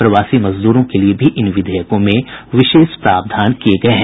प्रवासी मजदूरों के लिये भी इन विधेयकों में विशेष प्रावधान किये गये हैं